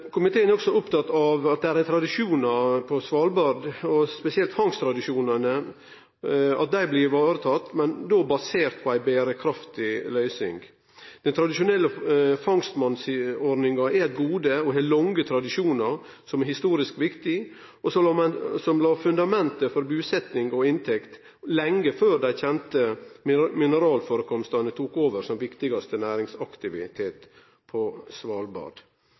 Komiteen er også oppteken av at tradisjonar på Svalbard, og spesielt fangsttradisjonane, blir tekne vare på, men då basert på ei berekraftig løysing. Den tradisjonelle fangstmannsordninga er eit gode og har lange tradisjonar som er historisk viktige, og som la fundamentet for busetjing og inntekt lenge før dei kjende mineralførekomstane tok over som viktigaste næringsaktivitet på